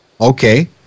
Okay